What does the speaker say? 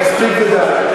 מספיק ודי.